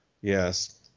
Yes